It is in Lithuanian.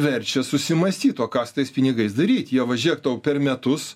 verčia susimąstyt o ką su tais pinigais daryt jie va žiūrėk tau per metus